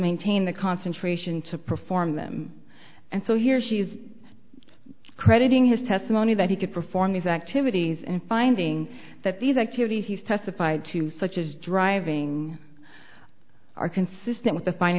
maintain the concentration to perform them and so he or she is crediting his testimony that he could perform these activities and finding that these activities he's testified to such as driving are consistent with the finding